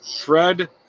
Fred